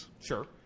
Sure